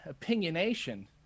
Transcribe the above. opinionation